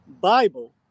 Bible